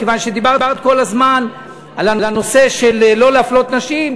כיוון שדיברת כל הזמן על הנושא של לא להפלות נשים,